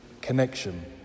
connection